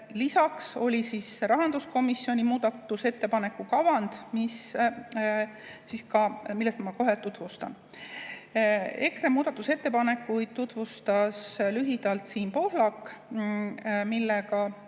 Lisaks oli istungil rahanduskomisjoni muudatusettepaneku kavand, mida ma kohe tutvustan. EKRE muudatusettepanekuid tutvustas lühidalt Siim Pohlak. Tema